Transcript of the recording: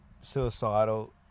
suicidal